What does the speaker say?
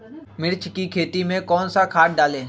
मिर्च की खेती में कौन सा खाद डालें?